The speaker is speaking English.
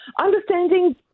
understanding